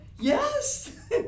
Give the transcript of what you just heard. Yes